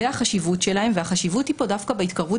זו החשיבות שלהם והחשיבות כאן היא דווקא בהתקרבות